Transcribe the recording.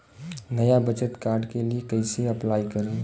नया बचत कार्ड के लिए कइसे अपलाई करी?